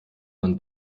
man